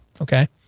Okay